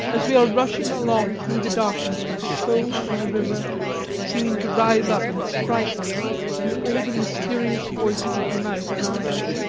as we are rushing along through the darkness, with the cold from the river seeming to rise up and strike us with all the mysterious voices of the night around us,